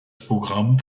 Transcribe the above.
programm